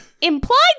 implied